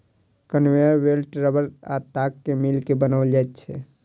conveyor belt रबड़ आ ताग के मिला के बनाओल जाइत छै